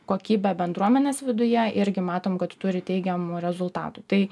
kokybę bendruomenės viduje irgi matom kad turi teigiamų rezultatų tai